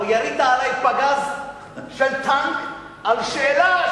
ירית עלי פגז של טנק על שאלה,